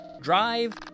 drive